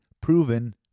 proven